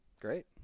Great